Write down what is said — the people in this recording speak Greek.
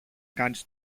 κάνεις